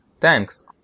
Thanks